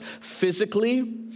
physically